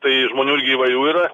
tai žmonių irgi įvairių yra